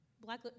Black